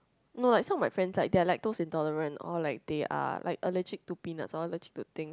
no like some of my friends like they're like lactose intolerant or like they are like allergic to peanuts or allergic to thing